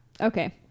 Okay